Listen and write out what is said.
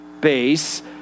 base